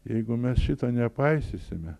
jeigu mes šito nepaisysime